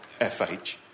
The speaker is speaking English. FH